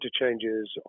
interchanges